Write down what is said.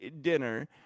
dinner